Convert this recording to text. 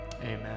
amen